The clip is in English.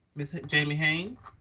ms. jamie haynes.